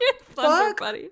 fuck